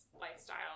lifestyle